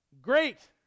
Great